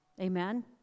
Amen